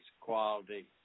quality